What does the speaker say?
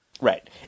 Right